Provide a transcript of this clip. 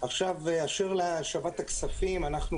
אשר להשבת הכספים אנחנו,